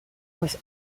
was